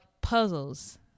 puzzles